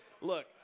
Look